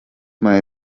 mani